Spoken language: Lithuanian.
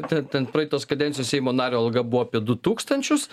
ten ten praeitos kadencijos seimo nario alga buvo apie du tūkstančius